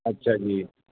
ਅੱਛਾ ਜੀ